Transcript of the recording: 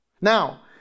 Now